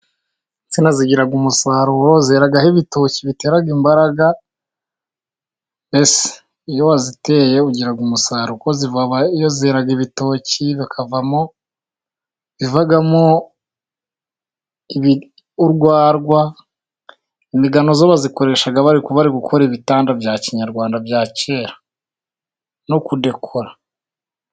Insina zigira umusaruro zeraho ibitoki bitera imbaraga mbese iyo waziteye ugira umusaruro, zeragaho ibitoki bivamo urwarwa, erega nazo bazikoresha bari gukora ibitanda bya kinyarwanda bya kera no kudekora.